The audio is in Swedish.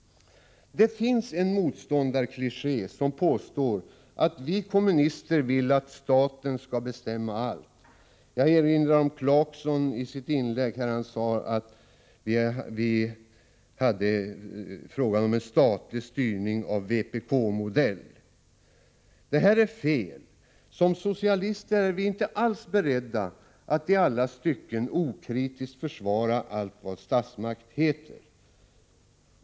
Det finns en motståndarkliché, enligt vilken vi kommunister vill att ”staten skall bestämma allt”. Jag erinrar om att Rolf Clarkson i sitt inlägg talade om statlig styrning av vpk-modell. Detta är fel. Som socialister är vi inte alls beredda att i alla stycken okritiskt försvara allt vad statsmakt heter.